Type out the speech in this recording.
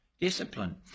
discipline